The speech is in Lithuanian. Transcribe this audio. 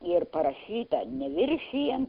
ir parašyta neviršijant